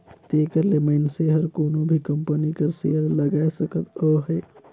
तेकर ले मइनसे हर कोनो भी कंपनी कर सेयर लगाए सकत अहे